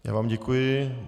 Já vám děkuji.